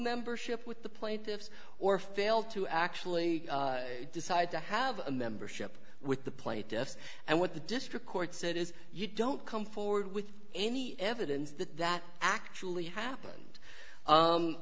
membership with the plaintiffs or failed to actually decide to have a membership with the plaintiffs and what the district court said is you don't come forward with any evidence that that actually happened